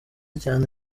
cyane